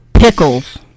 Pickles